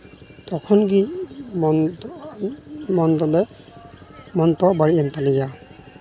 ᱛᱚᱠᱷᱚᱱ ᱫᱚ ᱢᱚᱱ ᱫᱚᱞᱮ ᱢᱚᱱᱫᱚ ᱵᱟᱹᱲᱤᱡ ᱮᱱ ᱛᱟᱞᱮᱭᱟ